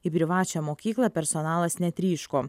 į privačią mokyklą personalas netryško